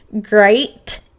great